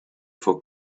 for